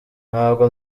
ntabwo